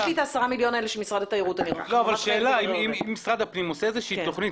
האם משרד הפנים עושה איזושהי תוכנית